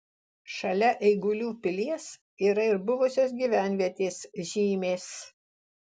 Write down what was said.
šalia eigulių pilies yra ir buvusios gyvenvietės žymės